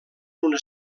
una